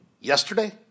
yesterday